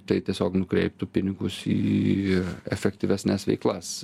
tai tiesiog nukreiptų pinigus į efektyvesnes veiklas